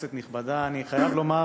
כנסת נכבדה, אני חייב לומר